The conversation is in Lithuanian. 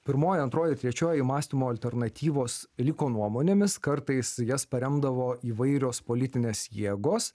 pirmoji antroji ir trečioji mąstymo alternatyvos liko nuomonėmis kartais jas paremdavo įvairios politinės jėgos